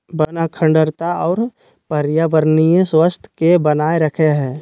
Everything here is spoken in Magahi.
वन अखंडता और पर्यावरणीय स्वास्थ्य के बनाए रखैय हइ